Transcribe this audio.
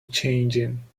changing